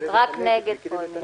מי בעד?